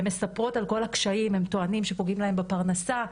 הן מספרות על כל הקשיים: הם טוענים שפוגעים להם בפרנסה,